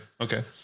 Okay